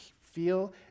feel